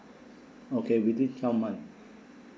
okay within twelve month